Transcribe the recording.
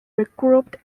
regrouped